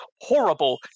horrible